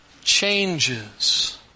changes